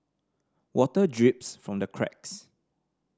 water drips from the cracks